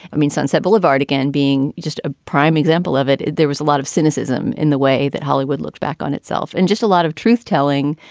i mean, sunset boulevard, again, being just a prime example of it. there was a lot of cynicism in the way that hollywood looked back on itself and just a lot of truth telling.